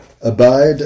abide